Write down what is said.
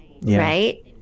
right